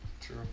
True